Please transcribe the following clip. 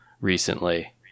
recently